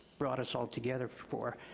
brought us all together for.